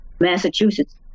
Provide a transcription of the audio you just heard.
Massachusetts